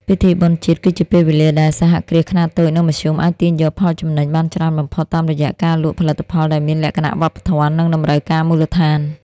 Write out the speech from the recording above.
ពិធីបុណ្យជាតិគឺជាពេលវេលាដែលសហគ្រាសខ្នាតតូច និងមធ្យម អាចទាញយកផលចំណេញបានច្រើនបំផុតតាមរយៈការលក់ផលិតផលដែលមានលក្ខណៈវប្បធម៌ និងតម្រូវការមូលដ្ឋាន។